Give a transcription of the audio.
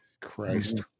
christ